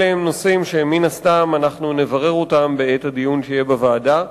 אלה הם נושאים שמן הסתם אנחנו נברר אותם בעת הדיון שיהיה בוועדה.